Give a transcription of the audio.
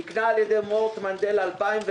הוא נקנה על ידי מורט מנדל ב-2004,